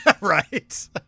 Right